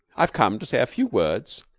i've come to say a few words,